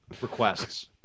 Requests